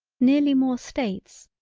nearly more states,